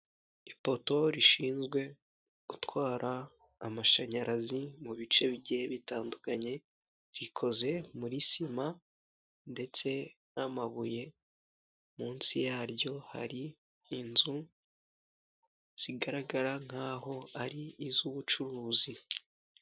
Ipoto rishinzwe gutwara amashanyarazi mu biceke bigiye bitandukanye, rikoze muri sima ndetse n'amabuye, munsi yaryo hari inzu zigaragara nk'aho ari iz'ubucuruzi.